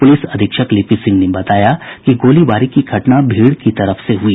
police अधीक्षक लिपि सिंह ने बताया कि गोलीबारी की घटना भीड़ की तरफ से हुई